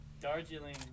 Darjeeling